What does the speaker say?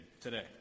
today